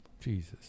Jesus